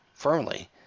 firmly